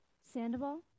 Sandoval